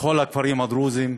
מכל הכפרים הדרוזיים,